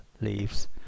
leaves